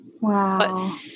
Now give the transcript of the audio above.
Wow